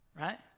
right